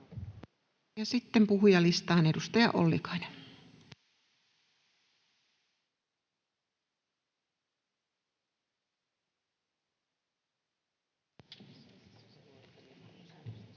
sitten puhujalistaan. Edustaja Ollikainen. [Speech